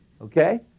Okay